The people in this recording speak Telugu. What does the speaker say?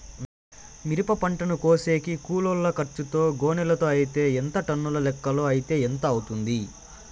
మిరప పంటను కోసేకి కూలోల్ల ఖర్చు గోనెలతో అయితే ఎంత టన్నుల లెక్కలో అయితే ఎంత అవుతుంది?